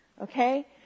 okay